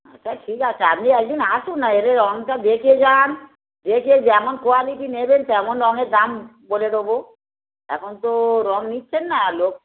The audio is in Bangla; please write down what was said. আচ্ছা ঠিক আছে আপনি একদিন আসুন না এসে রংটা দেখে যান দেখে যেমন কোয়ালিটি নেবেন তেমন রংয়ের দাম বলে দেবো এখন তো রং নিচ্ছেন না লোক